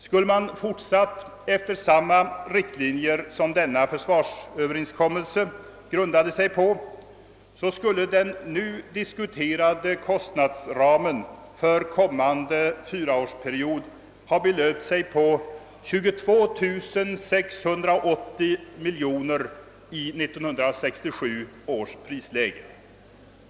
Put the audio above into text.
Skulle man ha fortsatt efter riktlinjerna i den försvarsöverenskommelsen = skulle kostnadsramen för kommande fyraårsperiod ha uppgått till 22 680 miljoner kronor i 1967 års penningvärde.